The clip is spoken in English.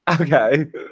Okay